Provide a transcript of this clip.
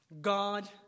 God